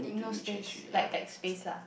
no space like that space lah